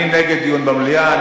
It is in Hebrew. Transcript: אני נגד דיון במליאה.